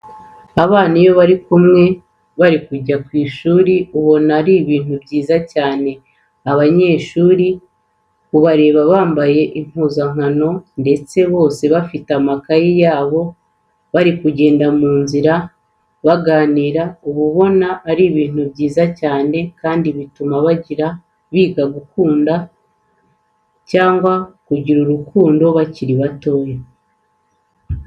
Abana iyo bari kumwe bari kujya ku ishuri ubona ari ibintu byiza cyane. Abanyeshuri kubareba bambaye impuzankano ndetse bose bafite amakayi yabo bari kugenda mu nzira baganira uba ubona ari ibitu byiza cyane kandi bituma biga gukunda cyangwa kugira urukundo bakiri batoya.